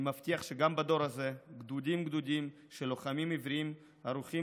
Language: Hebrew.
אני מבטיח שגם בדור הזה גדודים-גדודים של לוחמים עבריים ערוכים